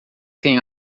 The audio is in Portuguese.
tem